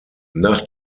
nach